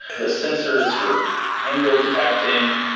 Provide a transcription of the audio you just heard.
the sensors for angle detecting,